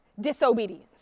disobedience